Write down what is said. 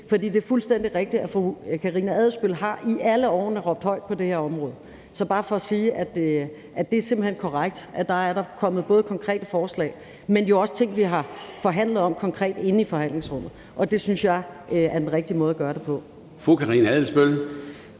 for det er fuldstændig rigtigt, at fru Karina Adsbøl i alle årene har råbt højt på det her område. Det er bare for at sige, at det simpelt hen er korrekt. Der er både kommet konkrete forslag, men der har jo også været ting, vi konkret har forhandlet om inde i forhandlingsrummet, og det synes jeg er den rigtige måde at gøre det på.